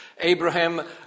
Abraham